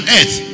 earth